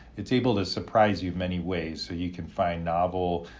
it's able to surprise you many ways. so you can find novel